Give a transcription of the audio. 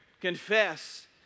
confess